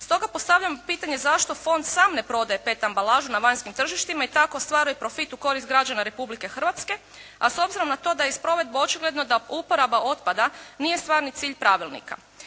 Stoga postavljam pitanje zašto fond sam ne prodaje pet ambalažu na vanjskim tržištima i tako ostvaruje profit u korist građana Republike Hrvatske a s obzirom na to da je iz provedbe očigledno da uporaba otpada nije stvarni cilj pravilnika.